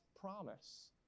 promise